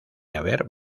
haber